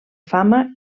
fama